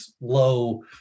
low